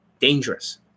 dangerous